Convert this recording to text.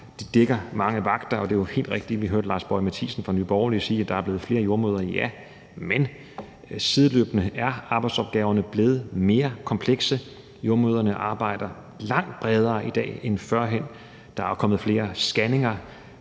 dækker mange vagter. Og det er jo helt rigtigt, som vi hørte Lars Boje Mathiesen fra Nye Borgerlige sige, nemlig at der er blevet flere jordemødre, ja, men sideløbende er arbejdsopgaverne blevet mere komplekse. Jordemødrene arbejder langt bredere i dag end førhen. Der er kommet flere scanninger.